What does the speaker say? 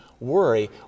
worry